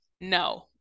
no